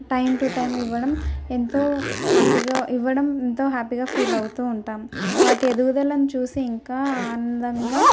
time to time ఇవ్వడం ఎంతో హ్యాపీగా ఇవ్వడం ఎంతో హ్యాపీగా ఫీల్ అవుతూ ఉంటాము వాటి ఎదుగుదలను చూసి ఇంకా ఆనందంగా